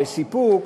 בסיפוק,